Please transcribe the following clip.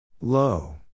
Low